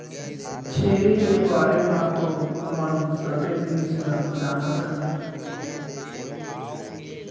छेरी के बारे म तो हमन सबे जिनिस ल जानत हन